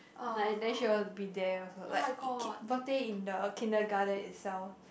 like then she will be there also like birthday in the kindergarten itself